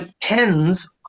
depends